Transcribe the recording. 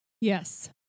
Yes